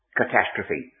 catastrophe